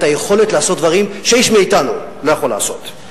היכולת לעשות דברים שאיש מאתנו לא יכול לעשות.